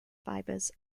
fibers